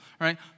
Right